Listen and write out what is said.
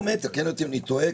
תקן אותי אם אני טועה,